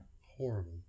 Horrible